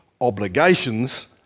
obligations